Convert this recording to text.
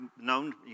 known